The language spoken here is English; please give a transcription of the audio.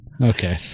okay